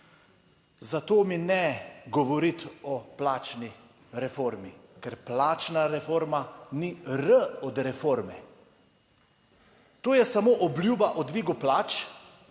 Zato mi ne govoriti o plačni reformi, ker plačna reforma ni R od reforme. To je samo obljuba o dvigu plač